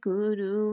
Guru